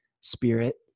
spirit